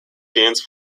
dance